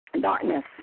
darkness